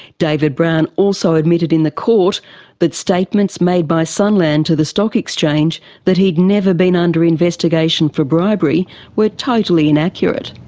david brown also admitted in the court that statements made by sunland to the stock exchange that he had never been under investigation for bribery were totally inaccurate.